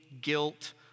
guilt